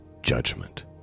judgment